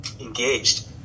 engaged